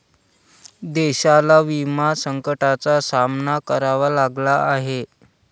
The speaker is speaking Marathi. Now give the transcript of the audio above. देशाला विमा संकटाचा सामना करावा लागला आहे